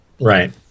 Right